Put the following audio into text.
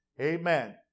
Amen